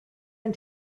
and